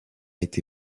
été